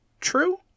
true